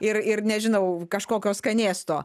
ir ir nežinau kažkokio skanėsto